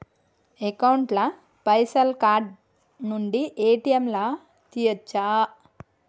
Account ల పైసల్ card నుండి ఏ.టి.ఎమ్ లా తియ్యచ్చా?